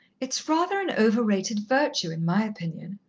it's rather an overrated virtue, in my opinion.